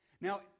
Now